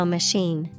Machine